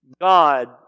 God